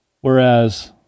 Whereas